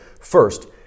first